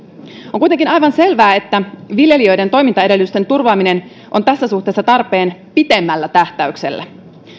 on kuitenkin aivan selvää että viljelijöiden toimintaedellytysten turvaaminen on tässä suhteessa tarpeen pitemmällä tähtäyksellä